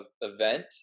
event